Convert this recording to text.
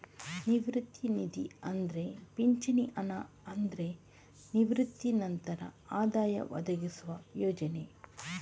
ನಿವೃತ್ತಿ ನಿಧಿ ಅಂದ್ರೆ ಪಿಂಚಣಿ ಹಣ ಅಂದ್ರೆ ನಿವೃತ್ತಿ ನಂತರ ಆದಾಯ ಒದಗಿಸುವ ಯೋಜನೆ